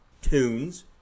tunes